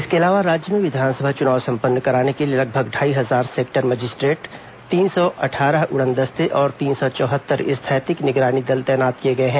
इसके अलावा राज्य में विधानसभा चुनाव संपन्न कराने के लिए लगभग ढाई हजार सेक्टर मजिस्ट्रेट तीन सौ अट्ठारह उड़नदस्ते और तीन सौ चौहत्तर स्थैतिक निगरानी दल तैनात किए गए हैं